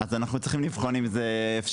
אז אנחנו צריכים לבחון אם זה אפשרי.